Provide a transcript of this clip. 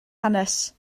hanes